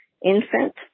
infant